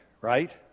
right